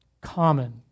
Common